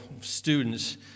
students